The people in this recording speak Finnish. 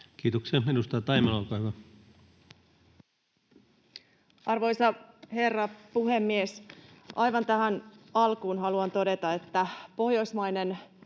Time: 16:39 Content: Arvoisa herra puhemies! Aivan tähän alkuun haluan todeta, että pohjoismainen